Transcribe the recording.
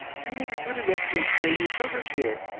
you will be good enough to explain your presence here,